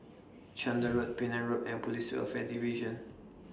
Chander Road Penang Road and Police Welfare Division